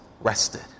rested